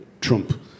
Trump